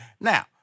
Now